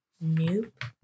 Nope